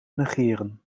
negeren